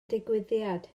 digwyddiad